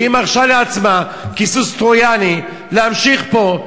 והיא מרשה לעצמה כסוס טרויאני להמשיך פה,